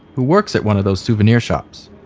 who works at one of those souvenir shops.